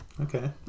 Okay